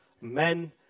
men